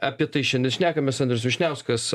apie tai šiandien šnekamės andrius vyšniauskas